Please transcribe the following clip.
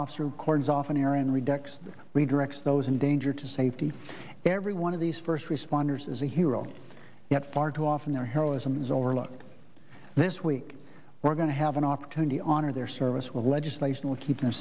office records often arean redox redirects those in danger to safety every one of these first responders is a hero yet far too often their heroism is overlooked this week we're going to have an opportunity honor their service with legislation to keep them